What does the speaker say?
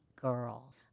girl